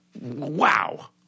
wow